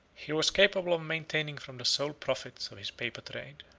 he was capable of maintaining from the sole profits of his paper trade.